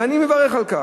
ואני מברך על כך.